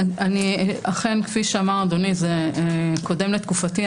אכן כפי אמר אדוני, זה קודם לתקופתי.